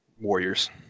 Warriors